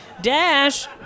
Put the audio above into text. Dash